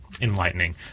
enlightening